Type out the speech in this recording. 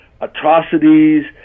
atrocities